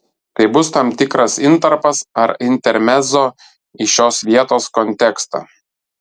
tai bus tam tikras intarpas ar intermezzo į šios vietos kontekstą